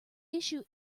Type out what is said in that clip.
issue